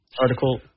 article